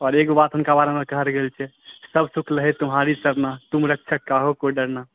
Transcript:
और एगो बात हुनका बारेमे कहल गेल छै सब सुख लहै तुम्हारी शरणा तुम रक्षक काहु को डरना